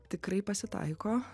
tikrai pasitaiko